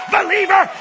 believer